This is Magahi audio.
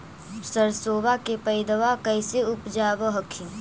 सरसोबा के पायदबा कैसे उपजाब हखिन?